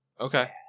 Okay